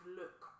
look